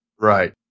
Right